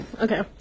Okay